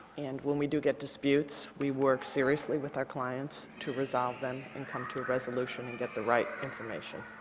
and when we do get disputes, we work seriously with our clients to resolve them and come to a resolution and get the right information.